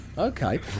Okay